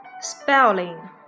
spelling